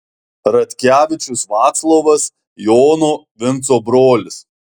radkevičius vaclovas jono vinco brolis